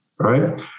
right